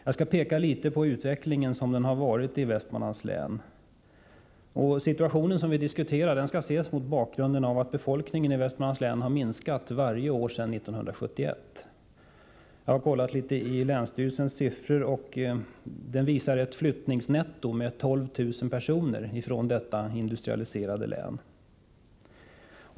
Jag skall något peka på den utveckling som har varit i Västmanlands län. Den situation som vi diskuterar skall ses mot bakgrund av att befolkningen har minskat varje år sedan 1971. Jag har kollat litet med länsstyrelsens statistik, som visar ett flyttningsnetto på 12 000 personer från detta industrialiserade län.